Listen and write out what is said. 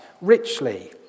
richly